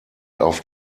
auf